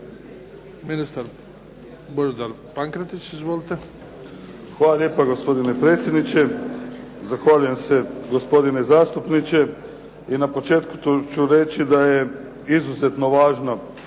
izvolite. **Pankretić, Božidar (HSS)** Hvala lijepa gospodine predsjedniče, zahvaljujem se gospodine zastupniče. I na početku ću reći da je izuzetno važno